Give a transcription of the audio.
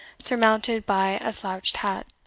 surmounted by a slouched hat,